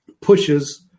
pushes